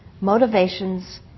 motivations